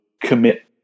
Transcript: commit